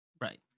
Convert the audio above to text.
Right